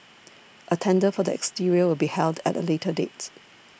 a tender for the exterior will be held at a later date